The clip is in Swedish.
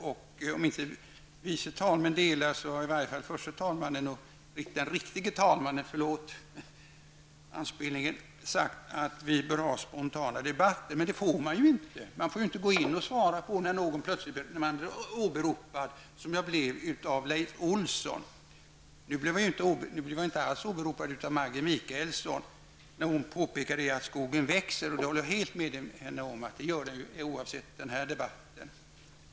Vice talmännen kanske inte har denna uppfattning, men den ''riktige'' talmannen -- förlåt anspelningen -- har sagt att vi bör ha spontana debatter. Men det får vi ju inte. Man får ju inte gå in och svara när någon plötsligt åberopar en, så som jag blev av Leif Olsson. Jag blev nu inte alls åberopad av Maggi Mikaelsson. Hon påpekade att skogen växer, och det håller jag helt med henne om att den gör oavsett den här debatten.